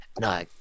No